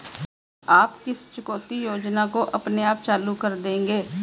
आप किस चुकौती योजना को अपने आप चालू कर देंगे?